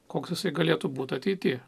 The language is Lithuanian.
koks jisai galėtų būti ateityje